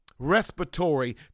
respiratory